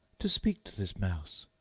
to speak to this mouse?